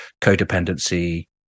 codependency